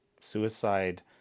suicide